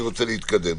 אני רוצה להתקדם.